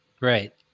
Right